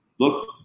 look